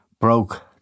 broke